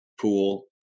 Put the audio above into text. pool